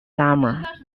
summer